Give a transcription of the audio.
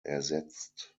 ersetzt